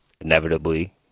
inevitably